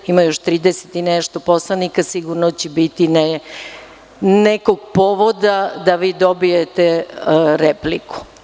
Ima još 30 i nešto poslanika, sigurno će biti nekog povoda da vi dobijete repliku.